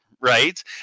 Right